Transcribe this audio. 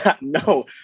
no